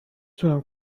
تونم